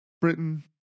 Britain